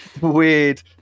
weird